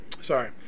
sorry